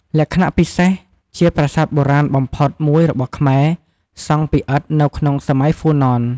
លក្ខណៈពិសេស ជាប្រាសាទបុរាណបំផុតមួយរបស់ខ្មែរ សង់ពីឥដ្ឋនៅក្នុងសម័យហ្វូណន។